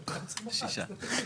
שישה.